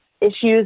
issues